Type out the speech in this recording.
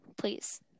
please